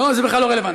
זה בכלל לא רלוונטי,